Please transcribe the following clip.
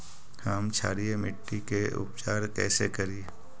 हम क्षारीय मिट्टी के उपचार कैसे करी?